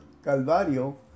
Calvario